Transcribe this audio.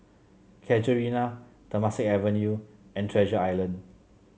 Casuarina Temasek Avenue and Treasure Island